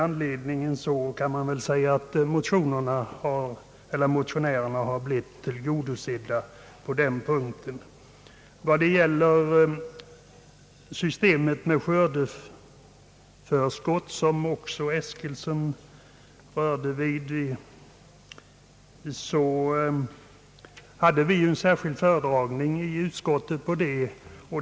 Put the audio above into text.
Därmed kan man väl säga att motionärerna har blivit tillgodosedda på den punkten. Beträffande systemet med skördeförskott, som herr Eskilsson också berörde, hade vi i utskottet en särskild föredragning i den frågan.